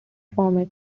format